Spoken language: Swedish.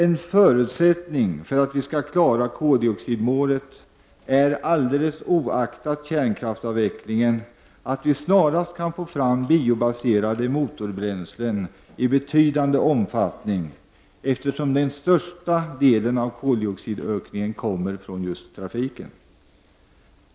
En förutsättning för att vi skall klara av att uppnå koldioxidmålet är alldeles oaktat kärnkraftsavvecklingen att vi snarast kan få fram biobaserade motorbränslen i betydande omfattning, eftersom den största delen av koldioxidökningen kommer från trafiken.